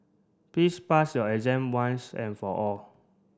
please pass your exam once and for all